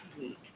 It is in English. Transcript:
week